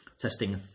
testing